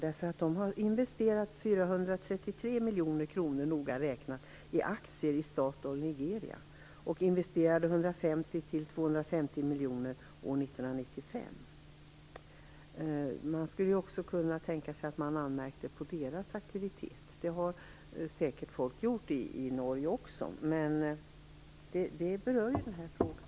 De har, noga räknat, investerat 433 miljoner kronor i aktier i Statoil i Nigeria, och de investerade 150-250 miljoner år 1995. Man skulle också kunna tänka sig att man anmärkte på deras aktivitet. Det har säkert folk gjort i Norge också. Det berör ju den här frågan.